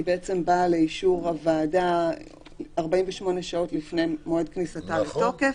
היא בעצם באה לאישור הוועדה 48 שעות לפני מועד כניסתה לתוקף,